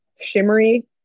shimmery